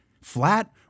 flat